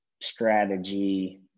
strategy